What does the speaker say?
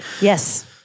Yes